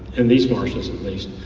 in these marshes at least,